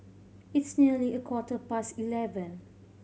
its nearly a quarter past eleven